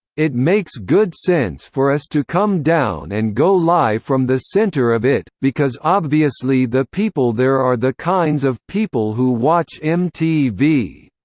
it makes good sense for us to come down and go live from the center of it, because obviously the people there are the kinds of people who watch mtv.